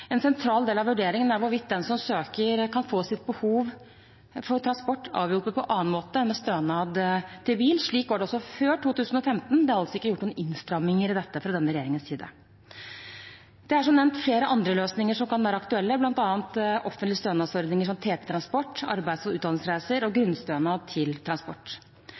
En sentral del av vurderingen er hvorvidt den som søker, kan få sitt behov for transport avhjulpet på annen måte enn ved stønad til bil. Slik var det også før 2015. Det er altså ikke gjort noen innstramminger i dette fra denne regjeringens side. Det er som nevnt flere andre løsninger som kan være aktuelle, bl.a. offentlige stønadsordninger som TT-transport, arbeids- og utdanningsreiser og grunnstønad til transport.